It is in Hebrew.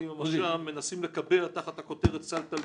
עם מרכז השלטון המקומי מנסים לקבע תחת הכותרת "סל תלמיד".